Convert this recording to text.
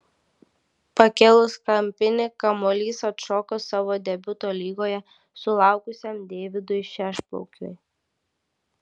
pakėlus kampinį kamuolys atšoko savo debiuto lygoje sulaukusiam deividui šešplaukiui